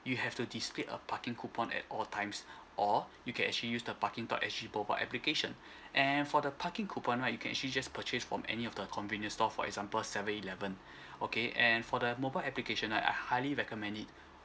you have to display a parking coupon at all times or you can actually use the parking dot S G mobile application and for the parking coupon right you can actually just purchase from any of the convenience store for example seven eleven okay and for the mobile application I highly recommend it